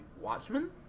Watchmen